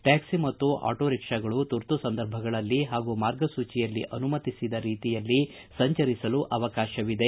ಟ್ಯಾಟ್ಲಿ ಮತ್ತು ಆಟೋ ರಿಕ್ಷಾಗಳು ತುರ್ತು ಸಂದರ್ಭಗಳಲ್ಲಿ ಹಾಗೂ ಮಾರ್ಗಸೂಚಿಯಲ್ಲಿ ಅನುಮತಿಸಿದ ರೀತಿಯಲ್ಲಿ ಸಂಚರಿಸಲು ಅವಕಾಶವಿದೆ